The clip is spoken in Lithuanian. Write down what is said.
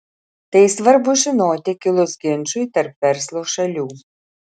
tai svarbu žinoti kilus ginčui tarp verslo šalių